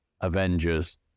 avengers